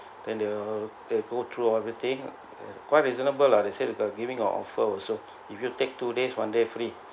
then the they go through everything quite reasonable lah they say they giving a offer also if you take two days one day free